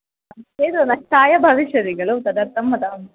नास्ति चेद् नष्टाय भविष्यति खलु तदर्थं वदामि